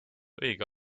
õige